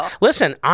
listen